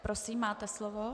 Prosím, máte slovo.